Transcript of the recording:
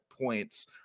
points